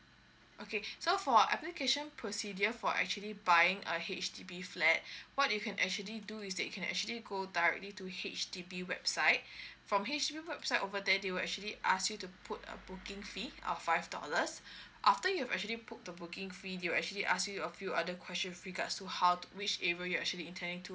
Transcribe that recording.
okay so for application procedure for actually buying a H_D_B flat what you can actually do is that you can actually go directly to H_D_B website from H_D_B website over there they will actually ask you to put a booking fee of five dollars after you actually put the booking fee they will actually ask you a few other questions regards to how to which area you are actually intending to